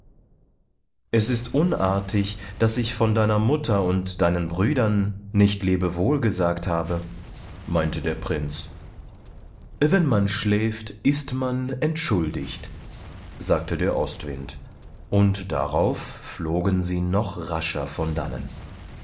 es ist unartig daß ich von deiner mutter und deinen brüdern nicht lebewohl gesagt habe meinte der prinz wenn man schläft ist man entschuldigt sagte der ostwind und darauf flogen sie noch rascher von dannen